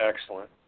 Excellent